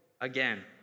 again